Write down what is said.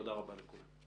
תודה רבה לכולם.